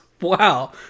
Wow